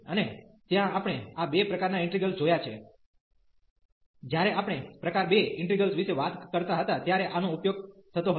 અને ત્યાં આપણે આ બે પ્રકારનાં ઈન્ટિગ્રલ જોયા છે જ્યારે આપણે પ્રકાર 2 ઇન્ટિગ્રેલ્સ વિશે વાત કરતા હતા ત્યારે આનો ઉપયોગ થતો હતો